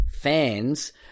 fans